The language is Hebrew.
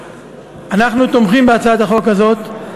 אנחנו תומכים בהצעת החוק הזאת.